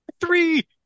Three